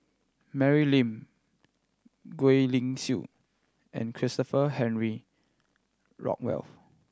Mary Lim Gwee Li Sui and Christopher Henry Rothwell